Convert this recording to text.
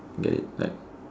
get it like